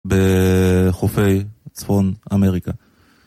בחופי צפון אמריקה